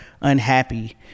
Unhappy